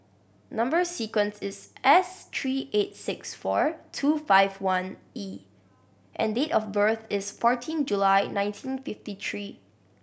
number sequence is S three eight six four two five one E and date of birth is fourteen July nineteen fifty three